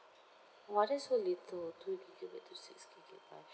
!wah! that's so little two gigabyte to six gigabyte